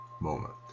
moment